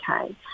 okay